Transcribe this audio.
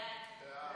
חוק